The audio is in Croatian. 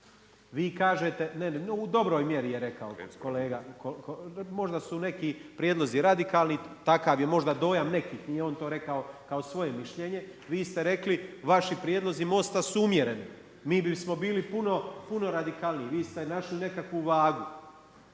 preradikalni u dobro mjeri je rekao kolega, možda su neki prijedlozi radikalni takav je možda dojam nekih, nije to on rekao kao svoje mišljenje. Vi ste rekli vaši prijedlozi Most-a su umjereni. Mi bismo bili puno radikalniji, vi ste našli nekakvu vagu.